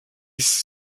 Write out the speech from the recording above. ist